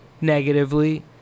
negatively